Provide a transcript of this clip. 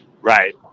Right